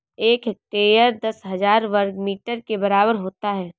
एक हेक्टेयर दस हज़ार वर्ग मीटर के बराबर होता है